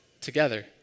together